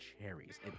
cherries